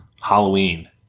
Halloween